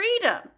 freedom